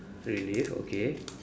really okay